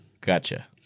Gotcha